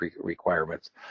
requirements